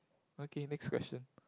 okay next question